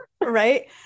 Right